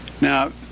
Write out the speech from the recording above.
Now